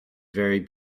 very